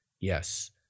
Yes